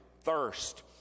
thirst